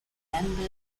november